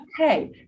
Okay